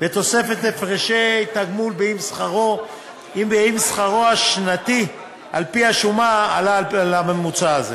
בתוספת הפרשי תגמול אם שכרו השנתי על-פי השומה עלה על הממוצע הזה.